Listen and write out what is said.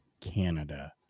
Canada